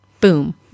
boom